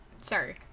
Sorry